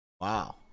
Wow